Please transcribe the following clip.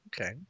Okay